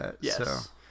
Yes